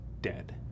dead